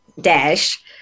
dash